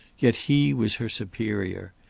yet he was her superior.